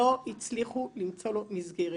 לא הצליחו למצוא לו מסגרת.